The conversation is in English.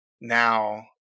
now